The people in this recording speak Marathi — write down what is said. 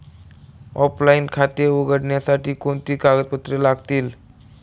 ऑफलाइन खाते उघडण्यासाठी कोणती कागदपत्रे लागतील?